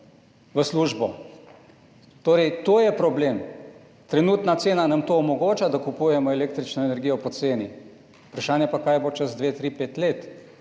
v službo. To je problem. Trenutna cena nam omogoča to, da kupujemo električno energijo poceni, vprašanje pa, kaj bo čez dve, tri, pet